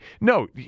no